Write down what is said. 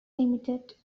limited